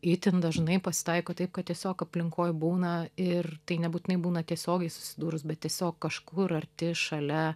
itin dažnai pasitaiko taip kad tiesiog aplinkoj būna ir tai nebūtinai būna tiesiogiai susidūrus bet tiesiog kažkur arti šalia